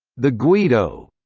the guido.